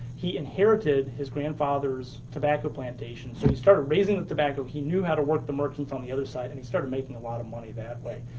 he inherited his grandfather's tobacco plantation. so he started raising the tobacco, he knew how to work the mercantile on the other side, and he started making a lot of money that way.